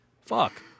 Fuck